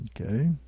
Okay